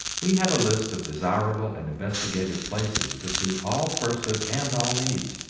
we have a list of desirable and investigated places to suit all purses and all needs,